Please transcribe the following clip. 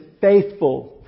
faithful